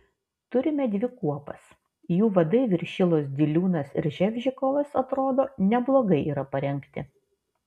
turime dvi kuopas jų vadai viršilos diliūnas ir ževžikovas atrodo neblogai yra parengti